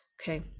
okay